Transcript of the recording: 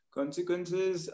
Consequences